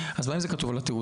אז מה אם זה כתוב על התעודה?